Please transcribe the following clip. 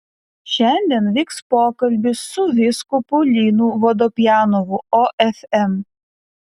šiandien vyks pokalbis su vyskupu linu vodopjanovu ofm